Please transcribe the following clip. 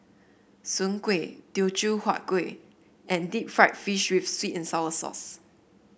Soon Kueh Teochew Huat Kuih and Deep Fried Fish with sweet and sour sauce